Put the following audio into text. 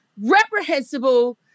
reprehensible